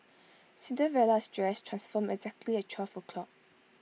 Cinderella's dress transformed exactly at twelve o'clock